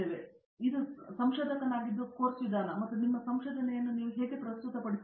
ಆದ್ದರಿಂದ ಇದು ಸಂಶೋಧಕನಾಗಿದ್ದು ಕೋರ್ಸ್ ವಿಧಾನ ಮತ್ತು ನಿಮ್ಮ ಸಂಶೋಧನೆಯನ್ನು ನೀವು ಹೇಗೆ ಪ್ರಸ್ತುತಪಡಿಸುತ್ತೀರಿ